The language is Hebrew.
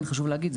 חשוב להגיד,